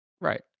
Right